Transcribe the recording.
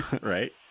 right